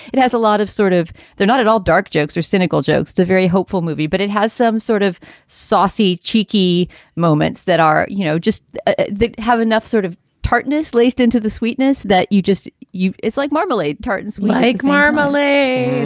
it has a lot of sort of they're not at all dark jokes or cynical jokes to a very hopeful movie, but it has some sort of saucy, cheeky moments that are, you know, just have enough sort of tartness laced into the sweetness that you just you. it's like marmalade tartans like marmalade.